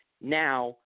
now